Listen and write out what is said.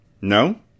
No